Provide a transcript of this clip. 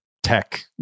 tech